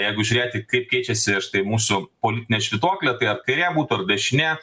jeigu žiūrėti kaip keičiasi štai mūsų politinė švytuoklė tai ar kairė būtų ar dešinė